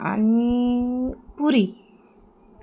आणि पुरी